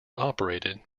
operated